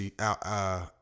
out